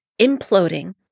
imploding